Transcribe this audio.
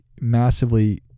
massively